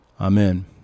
Amen